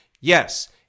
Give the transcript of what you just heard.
Yes